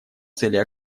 цели